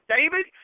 David